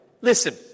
Listen